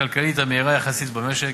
כלכלית מהירה יחסית במשק.